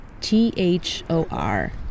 T-H-O-R